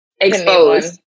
exposed